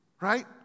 right